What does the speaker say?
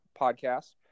podcast